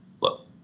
look